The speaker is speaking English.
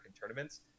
tournaments